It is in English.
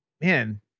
man